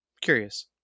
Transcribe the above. Curious